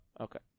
Okay